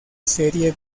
serie